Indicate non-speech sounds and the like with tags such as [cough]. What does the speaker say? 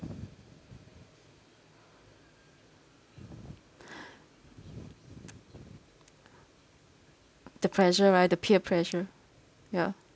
[breath] the pressure right the peer pressure ya